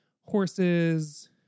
horses